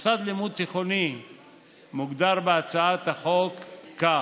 מוסד לימוד תיכוני מוגדר בהצעת החוק כך: